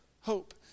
hope